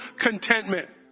contentment